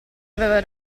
aveva